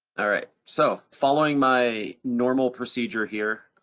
all right, so following my normal procedure here,